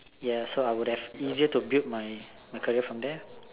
ya so I would have easier to build my career from there